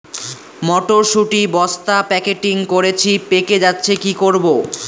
মটর শুটি বস্তা প্যাকেটিং করেছি পেকে যাচ্ছে কি করব?